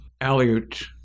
Aleut